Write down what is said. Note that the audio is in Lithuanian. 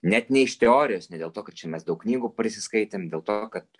net ne iš teorijos ne dėl to kad čia mes daug knygų prisiskaitėm dėl to kad